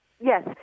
yes